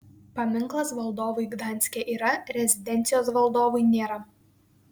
paminklas valdovui gdanske yra rezidencijos valdovui nėra